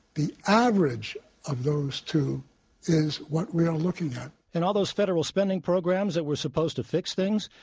the average of those two is what we are looking at and all those federal spending programs that were supposed to fix things?